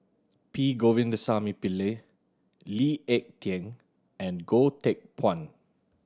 P Govindasamy Pillai Lee Ek Tieng and Goh Teck Phuan